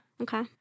Okay